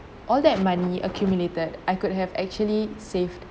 all that money accumulated I could have actually saved